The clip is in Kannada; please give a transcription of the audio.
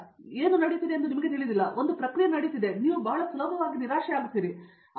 ಆದ್ದರಿಂದ ಏನು ನಡೆಯುತ್ತಿದೆ ಎಂದು ನಿಮಗೆ ತಿಳಿದಿಲ್ಲ ಇದು ಪ್ರಕ್ರಿಯೆ ನಡೆಯುತ್ತಿದೆ ನೀವು ಬಹಳ ಸುಲಭವಾಗಿ ನಿರಾಶೆ ಪಡೆಯುತ್ತೀರಿ